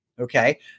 Okay